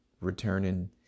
returning